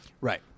Right